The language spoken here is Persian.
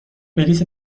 بلیت